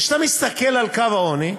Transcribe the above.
וכשאתה מסתכל על קו העוני,